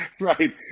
Right